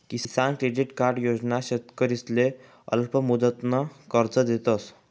किसान credit card योजना शेतकरीसले अल्पमुदतनं कर्ज देतस